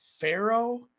Pharaoh